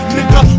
Nigga